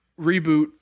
reboot